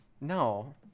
No